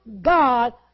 God